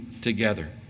together